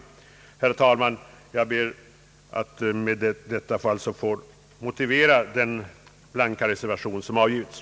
Herr talman! Detta är mycket kort 2